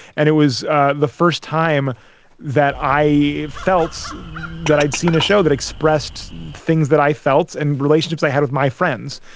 and it was the first time that i felt that i'd seen a show that expressed things that i felt in relationships i had with my friends.